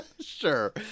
Sure